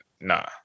Nah